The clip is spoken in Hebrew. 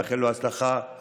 אני מאחל לו הצלחה רבה.